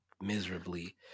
miserably